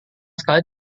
sekali